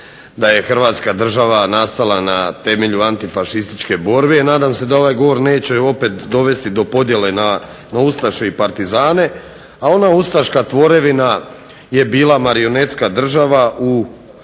Hrvatska država nastala na temelju antifašističke borbe i nadam se da ovaj govor neće opet dovesti do podjele na ustaše i partizane, a ona ustaška tvorevina je bila marionetska država u